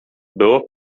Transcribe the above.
było